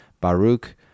Baruch